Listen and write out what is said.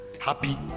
Happy